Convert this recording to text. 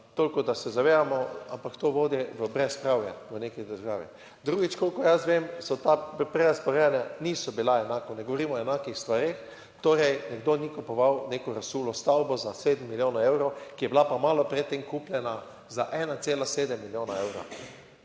toliko da se zavedamo, ampak to vodi v / nerazumljivo/ v neki državi. Drugič, kolikor jaz vem, so ta prerazporejanja, niso bila enako, ne govorimo o enakih stvareh, torej nekdo ni kupoval neko razsulo stavbo za sedem milijonov evrov, ki je bila pa malo pred tem kupljena za 1,7 milijona evrov.